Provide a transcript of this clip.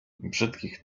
brzydkich